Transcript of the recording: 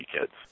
kids